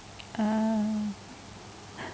ah